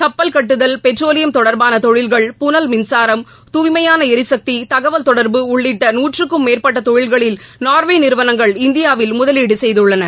கப்பல் கட்டுதல் பெட்ரோலியம் தொடர்பான தொழில்கள் புனல் மின்சாரம் தூய்மையான எரிசக்தி தகவல் தொடர்பு உள்ளிட்ட நூற்றுக்கும் மேற்பட்ட தொழில்களில் நா்வே நிறுவனங்கள் இந்தியாவில் முதலீடு செய்துள்ளன